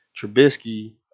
Trubisky